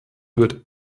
wird